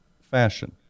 fashion